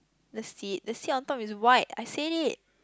the sit the sit on top is white I said it